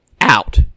out